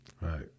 Right